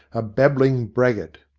a babbling braggart.